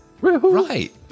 right